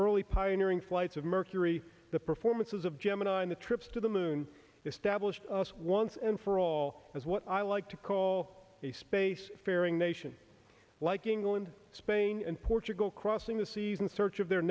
early pioneering flights of mercury the performances of gemini and the trips to the moon established us once and for all as what i like to call a space faring nation like england spain and portugal crossing the season search of their